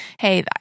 Hey